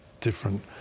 different